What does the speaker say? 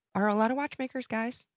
are a lot of watchmakers guys?